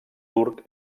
turc